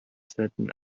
selten